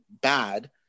bad